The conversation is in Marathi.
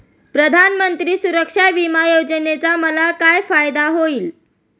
प्रधानमंत्री सुरक्षा विमा योजनेचा मला काय फायदा होईल?